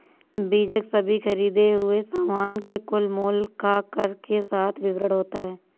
बीजक सभी खरीदें हुए सामान के कुल मूल्य का कर के साथ विवरण होता है